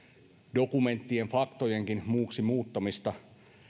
dokumenttien faktojenkin muuksi muuttamista